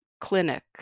clinic